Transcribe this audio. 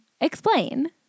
Explain